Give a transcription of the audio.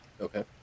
Okay